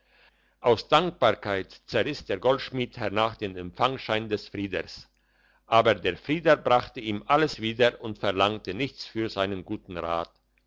aus dankbarkeit zerriss der goldschmied hernach den empfangschein des frieders aber der frieder brachte ihm alles wieder und verlangte nichts für seinen guten rat